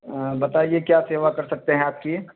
हाँ बताइए क्या सेवा कर सकते हैं आपकी